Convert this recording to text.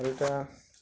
ଉଲ୍ଟା